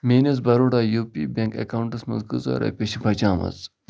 میٛٲنِس Baroda U P bank ایٚکاونٹَس منٛز کۭژاہ رۄپیہِ چھِ بَچیٛامٕژ